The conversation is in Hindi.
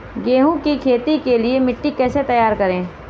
गेहूँ की खेती के लिए मिट्टी कैसे तैयार करें?